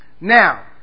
Now